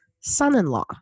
son-in-law